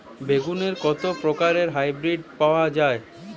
বেগুনের কত প্রকারের হাইব্রীড পাওয়া যায়?